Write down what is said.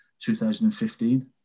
2015